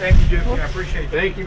thank you thank you